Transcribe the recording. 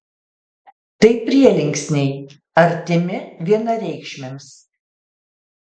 tai prielinksniai artimi vienareikšmiams